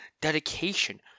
dedication